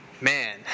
Man